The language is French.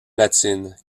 latine